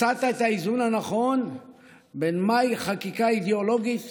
מצאת את האיזון הנכון בין מהי חקיקה אידיאולוגית